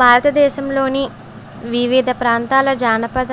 భారతదేశంలోని వివిధ ప్రాంతాల జానపద